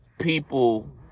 people